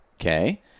Okay